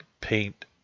paint